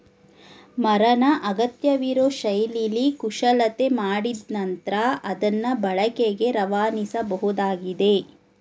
ಮರನ ಅಗತ್ಯವಿರೋ ಶೈಲಿಲಿ ಕುಶಲತೆ ಮಾಡಿದ್ ನಂತ್ರ ಅದ್ನ ಬಳಕೆಗೆ ರವಾನಿಸಬೋದಾಗಿದೆ